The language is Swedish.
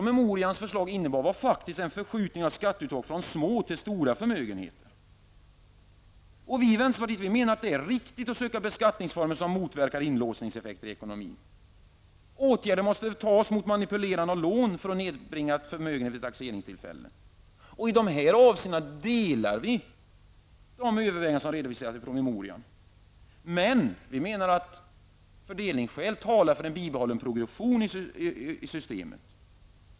Vi i vänsterpartiet menar att det är riktigt att söka beskattningsformer som motverkar inlåsningseffekter i ekonomin. Åtgärder måste vidtagas mot manipulerande med lån för att nedbringa förmögenheten vid taxeringstillfället. I dessa avseenden delar vi i vänsterpartiet de överväganden som redovisades i promemorian. Men vi menar att fördelningsskäl talar för en bibehållen progression i systemet.